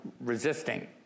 resisting